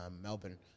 Melbourne